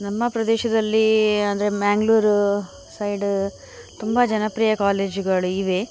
ನಮ್ಮ ಪ್ರದೇಶದಲ್ಲಿ ಅಂದರೆ ಮ್ಯಾಂಗ್ಲೂರ್ ಸೈಡು ತುಂಬ ಜನಪ್ರಿಯ ಕಾಲೇಜುಗಳು ಇವೆ